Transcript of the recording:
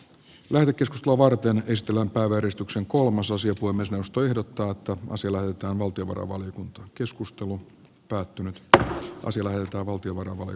läänikeskustelua varten ystävänpäiväristuksen kolmososiot voi myös joustojen kautta voisi löytää valtiovarainvaliokunta keskustelu päättynyt tähti puhemiesneuvosto ehdottaa että valtio vanhalle